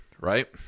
Right